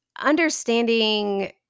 understanding